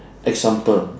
example